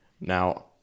Now